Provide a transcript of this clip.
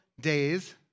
days